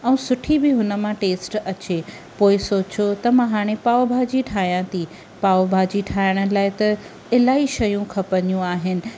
ऐं सुठी बि हुन मां टेस्ट अचे पोइ सोचियो त मां हाणे पाव भाॼी ठाहियां थी पाव भाॼी ठाहिण लाइ त अलाही शयूं खपंदियूं आहिनि